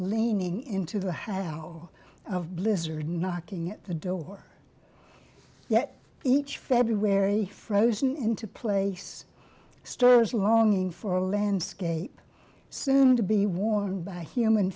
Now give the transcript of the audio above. leaning into the half hour of blizzard knocking at the door yet each february frozen into place stirs longing for a landscape soon to be worn by human